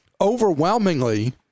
overwhelmingly